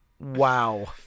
Wow